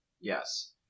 Yes